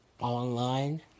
online